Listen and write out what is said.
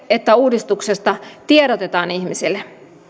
että uudistuksesta tiedotetaan ihmisille